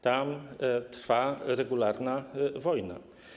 Tam trwa regularna wojna.